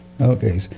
okay